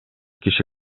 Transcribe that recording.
киши